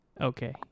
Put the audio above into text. Okay